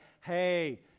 hey